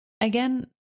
Again